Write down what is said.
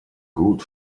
good